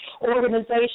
organization